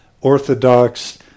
orthodox